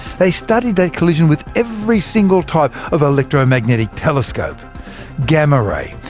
they studied that collision with every single type of electromagnetic telescope gamma ray,